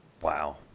Wow